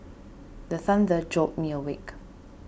the thunder jolt me awake